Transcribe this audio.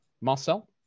marcel